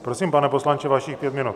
Prosím, pane poslanče, vašich pět minut.